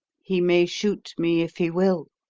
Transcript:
he may shoot me if he will.